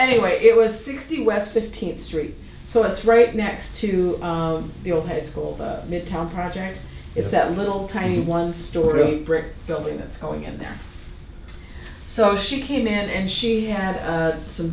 anyway it was sixteen west fifteenth street so it's right next to the old high school midtown project it's that little tiny one story brick building that's going in there so she came in and she had some